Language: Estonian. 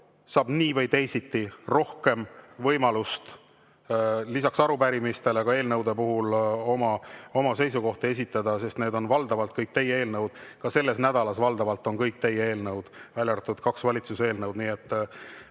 saab nii või teisiti rohkem võimalust lisaks arupärimistele ka eelnõude puhul oma seisukohti esitada, sest need on valdavalt kõik teie eelnõud. Ka selle nädala päevakorras on valdavalt teie eelnõud, välja arvatud kaks valitsuse eelnõu.